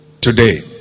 today